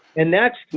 and that's.